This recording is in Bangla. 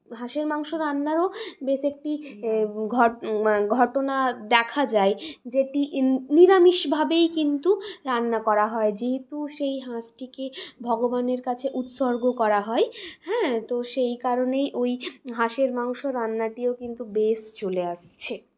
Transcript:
হাঁসের মাংস রান্নারও বেশ একটি ঘট ঘটনা দেখা যায় যেটি নিরামিষভাবেই কিন্তু রান্না করা হয় যেহেতু সেই হাঁসটিকে ভগবানের কাছে উৎসর্গ করা হয় হ্যাঁ তো সেই কারণেই ওই হাঁসের মাংস রান্নাটিও কিন্তু বেশ চলে আসছে